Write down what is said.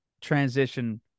transition